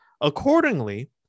accordingly